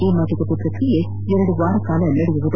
ಈ ಮಾತುಕತೆ ಪ್ರಕ್ರಿಯೆ ಎರಡು ವಾರ ಕಾಲ ನಡೆಯಲಿದೆ